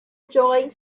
joint